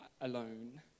alone